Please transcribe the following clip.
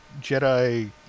Jedi